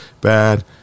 bad